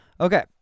Okay